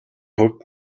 хувьд